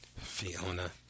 Fiona